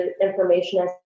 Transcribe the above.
information